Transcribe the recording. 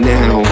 now